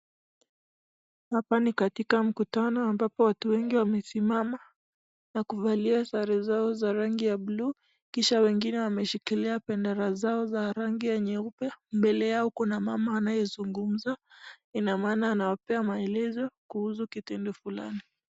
Hapa ni katika mkutano ambapo watu wengi wamesimama na kuvalia sare zao za rangi ya bluu, kisha wengine wameshikilia pendera zao za rangi ya nyeupe, mbele yao Kuna mama anayezungumza inamaana anawapea maelezo kuhusu kitu ilikulana.